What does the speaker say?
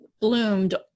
bloomed